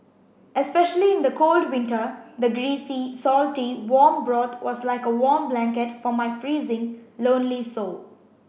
especially in the cold winter the greasy salty warm broth was like a warm blanket for my freezing lonely soul